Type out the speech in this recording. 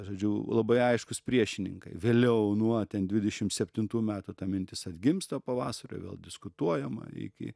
žodžiu labai aiškūs priešininkai vėliau nuo ten dvidešim septintų metų ta mintis atgimsta pavasario vėl diskutuojama iki